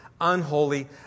unholy